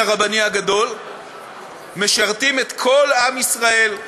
הרבני הגדול משרתים את כל עם ישראל,